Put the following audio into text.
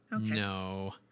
No